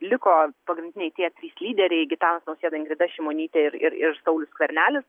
liko pagrindiniai tie trys lyderiai gitanas nausėda ingrida šimonytė ir ir ir saulius skvernelis